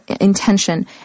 intention